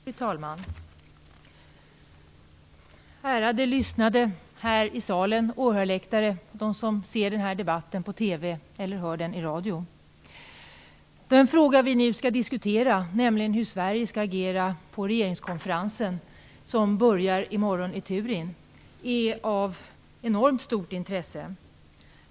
Fru talman! Ärade lyssnare här i salen, på åhörarläktaren, ni som ser debatten på TV eller hör den i radio! Den fråga vi nu diskuterar, nämligen hur Sverige skall agera på regeringskonferensen, som börjar i morgon i Turin, är av enormt stort intresse.